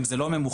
אם זה לא ממוחשב,